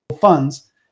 funds